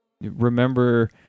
remember